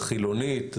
החילונית,